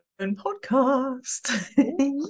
podcast